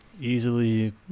Easily